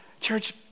Church